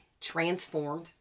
transformed